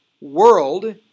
world